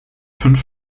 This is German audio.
fünf